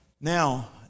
Now